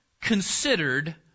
considered